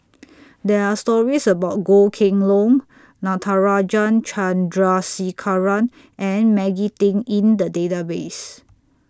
There Are stories about Goh Kheng Long Natarajan Chandrasekaran and Maggie Teng in The Database